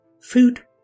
Food